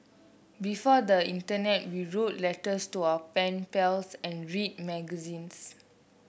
before the Internet we wrote letters to our pen pals and read magazines